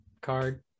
card